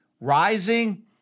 rising